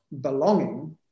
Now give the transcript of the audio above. belonging